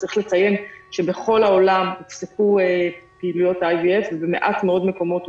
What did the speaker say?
צריך לציין שבכל העולם הופסקו פעילויות ה-IVF ובמעט מאוד מקומות הוחזרו.